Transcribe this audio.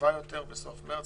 טובה יותר בסוף מרץ,